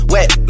Wet